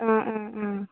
ആ ആ ആ